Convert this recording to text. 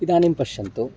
इदानीं पश्यन्तु